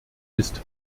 ist